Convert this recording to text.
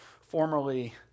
formerly